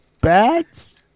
bats